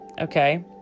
okay